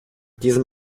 diesem